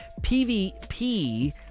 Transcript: PvP